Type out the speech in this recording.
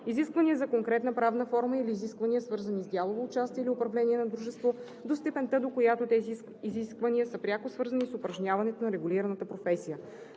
изисквания за конкретна правна форма или изисквания, свързани с дялово участие или управление на дружество, до степента, до която тези изисквания са пряко свързани с упражняването на регулираната професия;